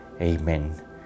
Amen